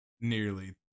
nearly